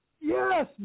Yes